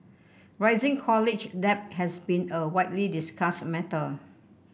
rising college debt has been a widely discussed matter